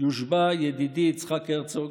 יושבע ידידי יצחק הרצוג